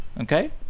Okay